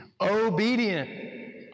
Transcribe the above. Obedient